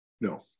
no